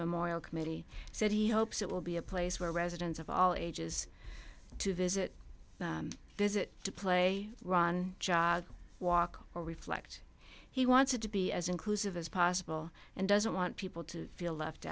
memorial committee said he hopes it will be a place where residents of all ages to visit visit to play run jog walk or reflect he wants it to be as inclusive as possible and doesn't want people to feel left